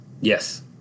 Yes